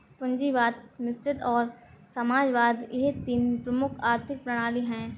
पूंजीवाद मिश्रित और समाजवाद यह तीन प्रमुख आर्थिक प्रणाली है